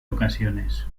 ocasiones